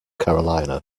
carolina